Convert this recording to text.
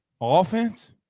Offense